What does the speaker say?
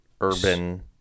urban